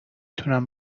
تونم